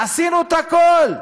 עשינו את הכול.